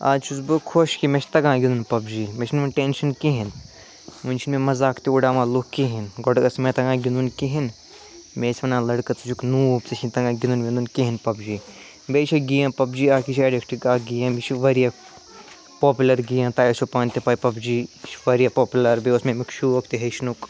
اَز چھُس بہٕ خۄش کہِ مےٚ چھِ تگان گِنٛدُن پَب جی مےٚ چھِنہٕ وۅنۍ ٹٮ۪نشَن کِہیٖنٛۍ وۅنۍ چھِنہٕ مےٚ مذاق تہِ وُڈاوان لُکھ کِہیٖنٛۍ گۄڈٕ ٲسۍ نہٕ مےٚ تگان گِنٛدُن کِہیٖنٛۍ مےٚ ٲسۍ وَنان لَڑکہٕ ژٕ چھُکھ نوٗب ژےٚ چھُے نہٕ تگان گِنٛدُن وِنٛدُن کِہیٖنٛۍ پَب جی بیٚیہِ چھِ گیم پَب جی اَکھ یہِ چھِ ایڈِکٹِک اَکھ گیم یہِ چھِ واریاہ پاپُلَر گیم توہہِ آسٮ۪وٕ پانہٕ تہِ پےَ پَب جی یہِ چھِ واریاہ پاپُلَر بیٚیہِ اوس مےٚ امیُک شوق تہِ ہٮ۪چھنُک